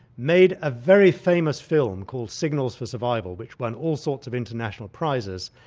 made a very famous film called signals for survival which won all sorts of international prizes,